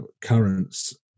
current's